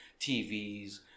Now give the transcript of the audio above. TVs